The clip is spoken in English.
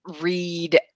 read